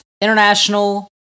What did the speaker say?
international